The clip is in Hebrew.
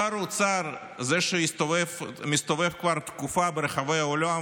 שר האוצר, זה שמסתובב כבר תקופה ברחבי העולם